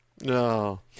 No